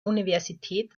universität